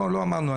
לא אמרנו,